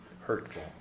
hurtful